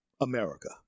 America